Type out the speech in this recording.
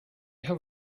have